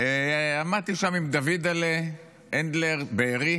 עמדתי שם עם דוידל'ה הנדלר בארי